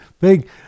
big